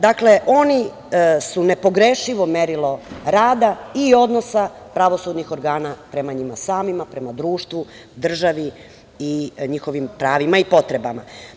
Dakle, oni su nepogrešivo merilo rada i odnosa pravosudnih organa prema njima samima, prema društvu, državi i njihovim pravima i potrebama.